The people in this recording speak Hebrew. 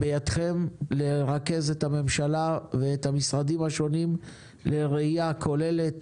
בידכם לרכז את הממשלה ואת המשרדים השונים לראייה כוללת